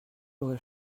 aurait